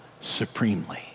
supremely